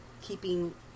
keeping